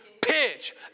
pitch